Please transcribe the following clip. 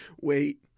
Wait